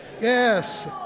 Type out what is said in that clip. Yes